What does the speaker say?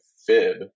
fib